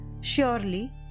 Surely